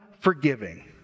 Forgiving